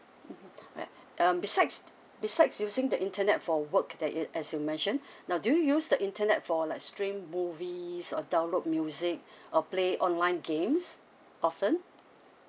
mm right um besides besides using the internet for work there it as you mentioned now do you use the internet for like stream movies or download music or play online games often